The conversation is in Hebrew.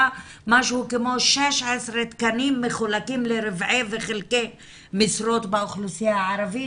היה משהו כמו 16 תקנים מחולקים לרבעי וחלקי משרות באוכלוסייה הערבית,